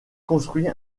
construit